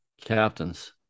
captains